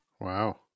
Wow